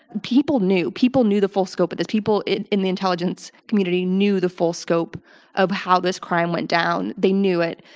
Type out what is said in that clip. people knew. people knew the full scope of this. people in the intelligence community knew the full scope of how this crime went down. they knew it,